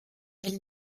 elle